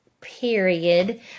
period